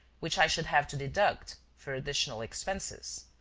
which i should have to deduct for additional expenses.